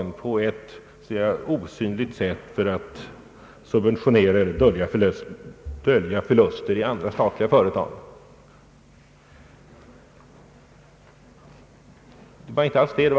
Jag tycker att det är rätt oanständigt av herr Bengtson och herr Dahlén att insinuera detta.